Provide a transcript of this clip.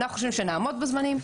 אנחנו חושבים שנעמוד בזמנים.